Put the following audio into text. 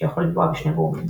שיכול לנבוע משני גורמים.